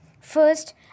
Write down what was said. First